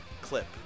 clip